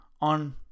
on